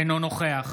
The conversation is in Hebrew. אינו נוכח